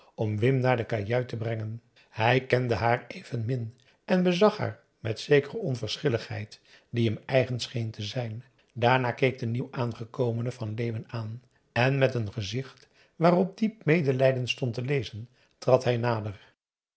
om wim naar de kajuit te brengen hij kende haar evenmin en bezag haar met zekere onverschilligheid die hem eigen scheen te zijn daarna keek de nieuwaangekomene van leeuwen aan en met een gezicht waarop diep medelijden stond te lezen trad hij nader